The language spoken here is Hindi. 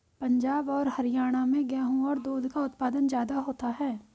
पंजाब और हरयाणा में गेहू और दूध का उत्पादन ज्यादा होता है